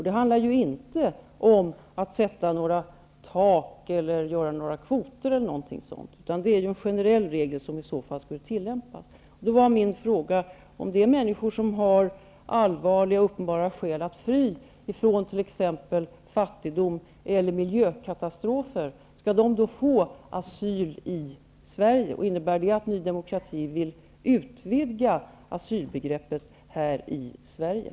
Det handlar ju inte om att sätta något tak eller att bestämma några kvoter, utan det är ju en generell regel som i så fall skulle tillämpas. Min fråga var om de människor som har allvarliga och uppenbara skäl att fly från t.ex. fattidom och miljökatastrofer skall få asyl i Sverige. Vill Ny demokrati utvidga asylbegreppet här i Sverige?